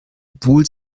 obwohl